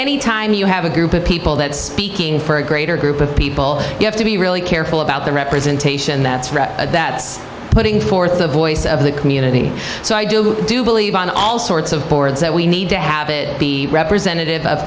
anytime you have a group of people that speaking for a greater group of people you have to be really careful about the representation that that it's putting forth the voice of the community so i do do believe on all sorts of boards that we need to have it be representative of